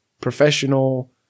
professional